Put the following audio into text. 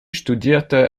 studierte